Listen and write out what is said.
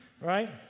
right